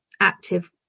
active